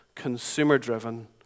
consumer-driven